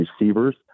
receivers